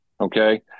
okay